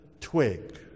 twig